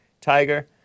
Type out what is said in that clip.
tiger